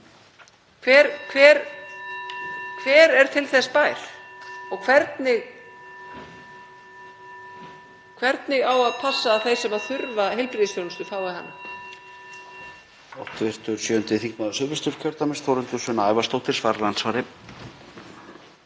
Hver er til þess bær og hvernig á að passa að þeir sem þurfa heilbrigðisþjónustu fái hana?